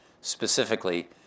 specifically